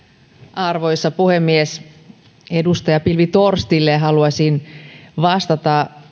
arvoisa puhemies edustaja pilvi torstille haluaisin vastata